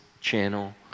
channel